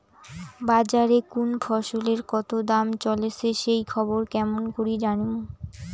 বাজারে কুন ফসলের কতো দাম চলেসে সেই খবর কেমন করি জানীমু?